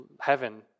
heaven